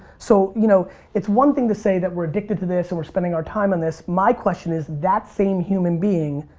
so, you know it's one thing to say that we're addicted to this and we're spending our time on this. my question is that same human being,